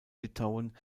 litauen